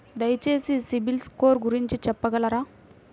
దయచేసి CIBIL score గురించి చెప్పగలరా?